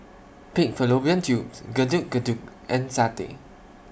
Pig Fallopian Tubes Getuk Getuk and Satay